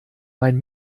mein